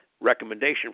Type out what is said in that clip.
recommendation